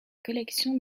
collections